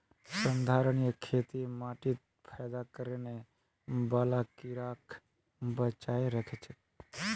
संधारणीय खेती माटीत फयदा करने बाला कीड़ाक बचाए राखछेक